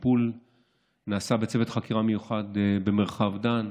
הטיפול נעשה בצוות חקירה מיוחד במרחב דן,